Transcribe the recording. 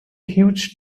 huge